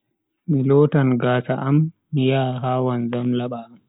Mi lotan gaasa am, mi yaha ha wanzam laba am.